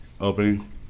opening